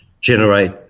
generate